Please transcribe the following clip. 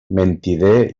mentider